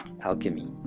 alchemy